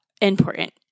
important